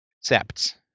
accepts